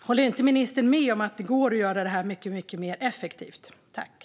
Håller ministern inte med om att det går att göra detta mycket effektivare?